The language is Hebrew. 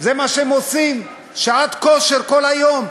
זה מה שהם עושים שעת כושר כל היום.